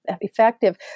effective